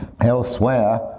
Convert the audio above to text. Elsewhere